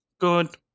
Good